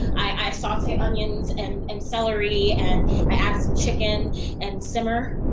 i saute onions and and celery, and i add some chicken and simmer,